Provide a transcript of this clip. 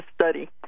study